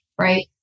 right